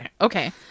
Okay